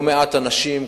לא מעט אנשים,